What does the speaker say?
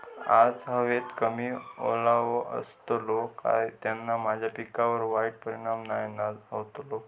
आज हवेत कमी ओलावो असतलो काय त्याना माझ्या पिकावर वाईट परिणाम नाय ना व्हतलो?